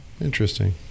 Interesting